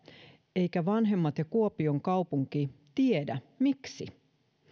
eivätkä vanhemmat ja kuopion kaupunki tiedä miksi